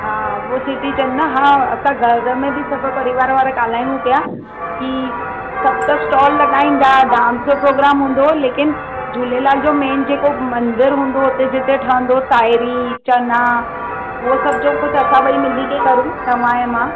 हा उहो चेटी चण्ड न हा असां घरु में बि सभु परिवारु वारा ॻाल्हायूं पिया की सभु त स्टॉल लॻाईंदा डांस जो प्रोग्राम हूंदो लेकिन झूलेलाल जो मेन जेको मंदरु हूंदो हुते जिते ठहिंदो ताहिरी चना उहो सभ जो कुझु असां ॿई मिली के करूं तव्हां ऐं मां